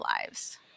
lives